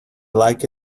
like